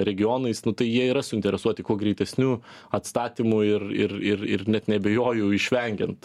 regionais nu tai jie yra suinteresuoti kuo greitesniu atstatymu ir ir ir ir net neabejoju išvengiant